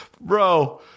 Bro